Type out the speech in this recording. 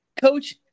Coach